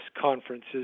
conferences